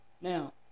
Now